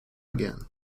again